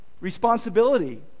Responsibility